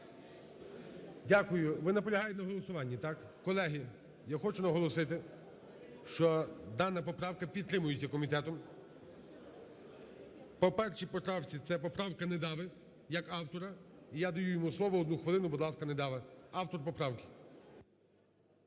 Дякую. Ви наполягаєте на голосуванні, так? Колеги, я хочу наголосити, що дана поправка підтримується комітетом. По 1 поправці, це поправка Недави як автора, і я даю йому слово, одну хвилину, будь ласка, Недава, автор поправки.